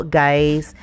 guys